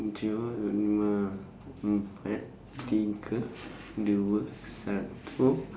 tujuh lima empat tiga dua satu